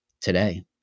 today